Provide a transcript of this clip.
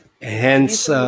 Hence